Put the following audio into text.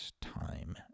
time